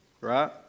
right